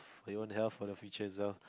for your own health for your future as well